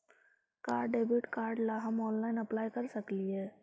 का debit card ला हम ऑनलाइन अप्लाई कर सकली हे?